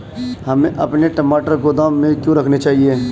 हमें अपने टमाटर गोदाम में क्यों रखने चाहिए?